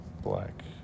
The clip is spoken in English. black